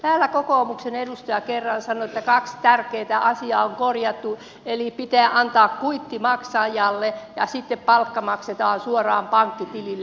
täällä kokoomuksen edustaja kerran sanoi että kaksi tärkeää asiaa on korjattu eli pitää antaa kuitti maksajalle ja sitten palkka maksetaan suoraan pankkitilille